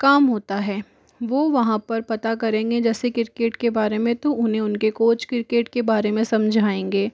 काम होता है वो वहाँ पर पता करेंगे जैसे क्रिकेट के बारे में तो उन्हें उनके कोच क्रिकेट के बारे में समझाएंगे